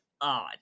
odd